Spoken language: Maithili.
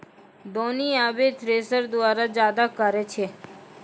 दौनी आबे थ्रेसर द्वारा जादा करै छै